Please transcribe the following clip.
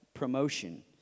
promotion